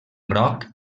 groc